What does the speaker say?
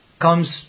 comes